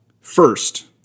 first